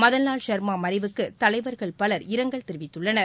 மதன்லால் சா்மா மறைவுக்கு தலைவர்கள் பலர் இரங்கல் தெரிவித்துள்ளனர்